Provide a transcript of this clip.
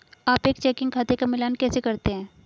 आप एक चेकिंग खाते का मिलान कैसे करते हैं?